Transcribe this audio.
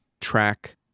track